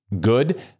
good